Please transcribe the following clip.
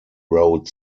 road